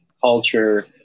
culture